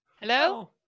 Hello